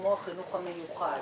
כמו החינוך המיוחד,